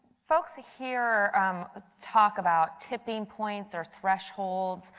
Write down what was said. folks here talk about tipping points or thresholds.